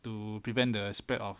to prevent the spread of